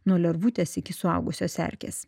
nuo lervutės iki suaugusios erkės